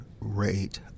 rate